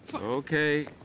Okay